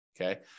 Okay